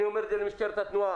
אני אומר את זה למשטרת התנועה,